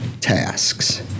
tasks